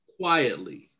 Quietly